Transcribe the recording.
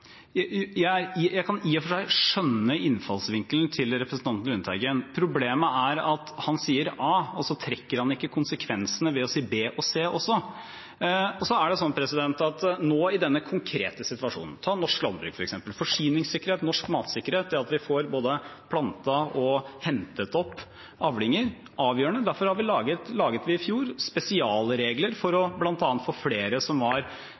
at han sier A, og så trekker han ikke konsekvensene ved å si B og C også. Så er det sånn i denne konkrete situasjonen: Ta norsk landbruk, f.eks., forsyningssikkerhet, norsk matsikkerhet – det at vi får både plantet og hentet opp avlinger, er avgjørende. Derfor laget vi i fjor spesialregler for bl.a. å få flere som var